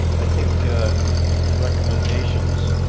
i think the recommendations,